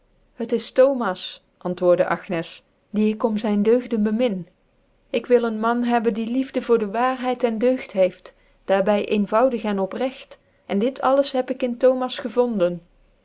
het is thomas antwoordc agncs die ik om zyn deugden bemin ik wil een man hebben die liefde voot dc waarheid cn deugd heeft daar by eenvoudig en opregt en dit alles heb ik in thomas gevonden